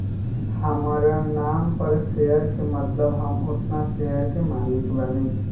हामरा नाम पर शेयर के मतलब हम ओतना शेयर के मालिक बानी